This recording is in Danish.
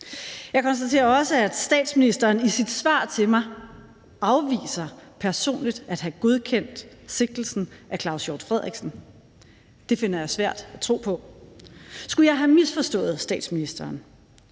Jeg konstaterer også, at statsministeren i sit svar til mig afviser personligt at have godkendt sigtelsen af Claus Hjort Frederiksen. Det finder jeg svært at tro på. Skulle jeg have misforstået statsministeren,